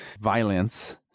violence